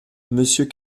monsieur